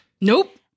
Nope